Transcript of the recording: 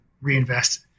reinvest